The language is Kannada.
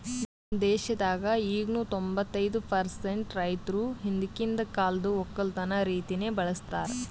ನಮ್ ದೇಶದಾಗ್ ಈಗನು ತೊಂಬತ್ತೈದು ಪರ್ಸೆಂಟ್ ರೈತುರ್ ಹಿಂದಕಿಂದ್ ಕಾಲ್ದು ಒಕ್ಕಲತನ ರೀತಿನೆ ಬಳ್ಸತಾರ್